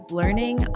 learning